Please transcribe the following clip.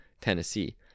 Tennessee